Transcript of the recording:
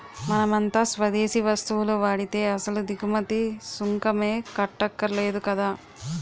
మనమంతా స్వదేశీ వస్తువులు వాడితే అసలు దిగుమతి సుంకమే కట్టక్కర్లేదు కదా